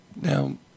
Now